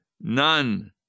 None